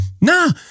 Nah